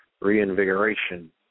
reinvigoration